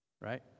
Right